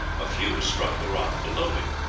a few struck the rock below me.